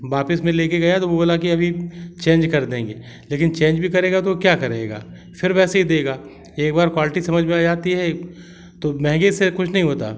वापिस मैं ले कर गया तो वह बोला कि अभी चेंज कर देंगे लेकिन चेंज भी करेगा तो वह क्या करेगा फिर वैसे ही देगा एक बार क्वालटी समझ में आ जाती है तो महंगे से कुछ नहीं होता